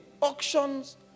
Auctions